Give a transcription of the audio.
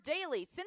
daily